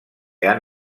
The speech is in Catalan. han